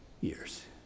Years